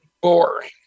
boring